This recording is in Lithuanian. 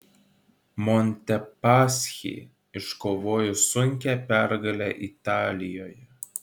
montepaschi iškovojo sunkią pergalę italijoje